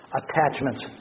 attachments